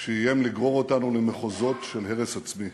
שאיים לגרור אותנו למחוזות של הרס עצמי.